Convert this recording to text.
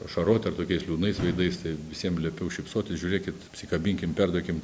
ašarot ar tokiais liūdnais veidais tai visiem liepiau šypsotis žiūrėkit apsikabinkim perduokim